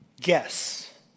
Guess